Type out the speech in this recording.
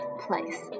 place